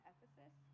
Ephesus